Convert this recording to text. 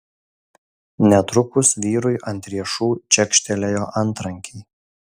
netrukus vyrui ant riešų čekštelėjo antrankiai